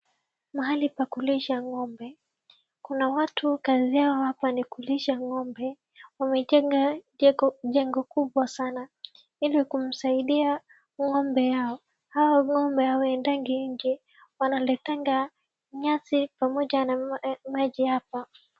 Mahali pa kulisha ng'ombe. Kuna watu kazi yao hapa ni kulisha ng'ombe. Wamejenga jengo kubwa sana ili kumsaidia ng'ombe yao. Hao ng'ombe hawaendangi nje, wanaletanga nyasi pamoja na maji hapa.